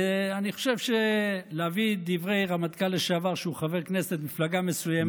ואני חושב שלהביא דברי רמטכ"ל לשעבר שהוא חבר כנסת ממפלגה מסוימת,